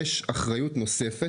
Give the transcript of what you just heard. ישנה אחריות נוספת,